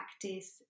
practice